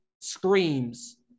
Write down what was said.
screams